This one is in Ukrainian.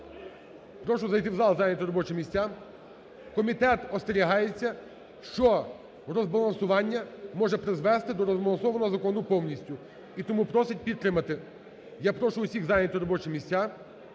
Прошу зайти в зал, зайняти робочі місця. Комітет остерігається, що розбалансування може призвести до розбалансованого закону повністю і тому просить підтримати. Я прошу усіх зайняти робочі місця